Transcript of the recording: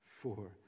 four